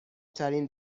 ترین